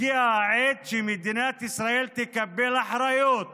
הגיעה העת שמדינת ישראל תקבל אחריות